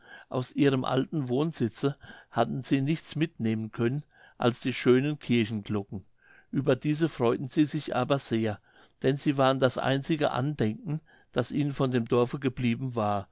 aus ihrem alten wohnsitze hatten sie nichts mitnehmen können als die schönen kirchenglocken ueber diese freuten sie sich aber sehr denn sie waren das einzige andenken das ihnen von dem dorfe ge blieben war